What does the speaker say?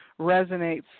resonates